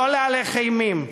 לא להלך אימים,